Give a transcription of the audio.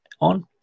on